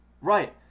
Right